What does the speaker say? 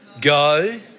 go